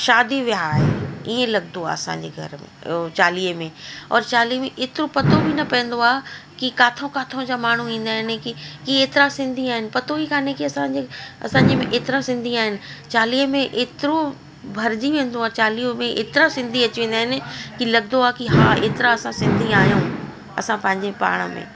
शादी विहांउ आए ईअं लॻंदो आहे असांजे घर में चालीहे में औरि चालीहे में एतिरो पतो बि न पवंदो आहे की किथा किथा जा माण्हू ईंदा आहिनि की एतिरा सिंधी आहिनि पतो ई कोन्हे की असांजे असांजे में एतिरा सिंधी आहिनि चालीहे में एतिरो भरिजी वेंदो आ चालिए में एतिरा सिंधी अची वेंदा आहिनि की लॻंदो आहे की हा एतिरा असां सिंधी आहियूं असां पंहिंजे पाण में